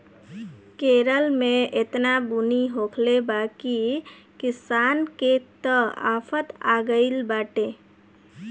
केरल में एतना बुनी होखले बा की किसान के त आफत आगइल बाटे